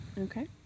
Okay